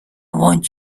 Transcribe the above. want